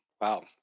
Wow